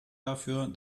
dafür